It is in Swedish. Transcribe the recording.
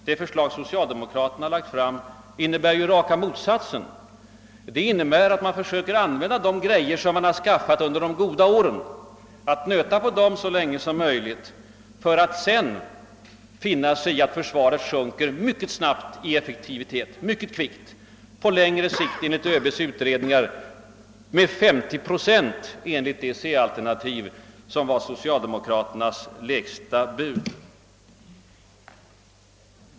Det förslag som socialdemokraterna lagt fram innebär raka motsatsen. Det innebär att man nu använder det man skaffade under de goda åren och nöter på det så länge som möjligt och finner sig i att försvaret mycket snabbt sjunker i effektivitet — på längre sikt enligt ÖB:s utredningar med 50 procent i enlighet med det alternativ som var socialdemokraternas lägsta bud.